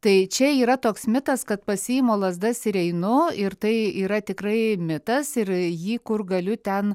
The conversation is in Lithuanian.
tai čia yra toks mitas kad pasiimu lazdas ir einu ir tai yra tikrai mitas ir jį kur galiu ten